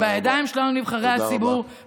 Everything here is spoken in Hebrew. זה בידיים שלנו, נבחרי הציבור.